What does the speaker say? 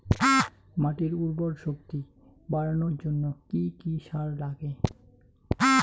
মাটির উর্বর শক্তি বাড়ানোর জন্য কি কি সার লাগে?